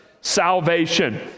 salvation